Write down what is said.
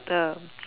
the